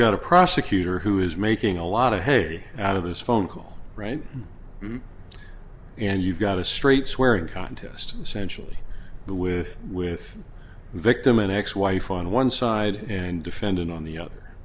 got a prosecutor who is making a lot of hay out of this phone call right and you've got a straight swearing contest essentially the with with victim an ex wife on one side and defendant on the